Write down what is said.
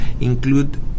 include